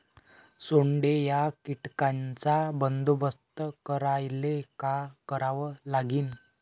सोंडे या कीटकांचा बंदोबस्त करायले का करावं लागीन?